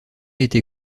été